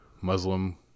Muslim